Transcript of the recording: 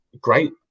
great